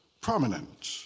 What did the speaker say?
prominent